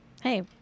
hey